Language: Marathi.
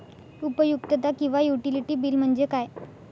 उपयुक्तता किंवा युटिलिटी बिल म्हणजे काय?